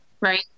Right